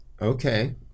Okay